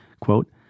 quote